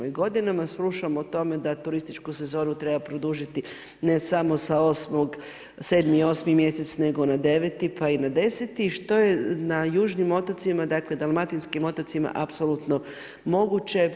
I godinama slušamo o tome da turističku sezonu treba produžiti ne samo sa 7., 8. mjesec nego na 9. pa i na 10., i što je na južnim otocima dakle dalmatinskim otocima apsolutno moguće.